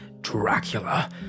Dracula